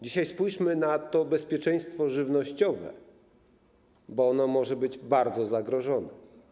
Dzisiaj spójrzmy na to bezpieczeństwo żywnościowe, bo ono może być bardzo zagrożone.